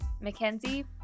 Mackenzie